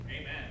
Amen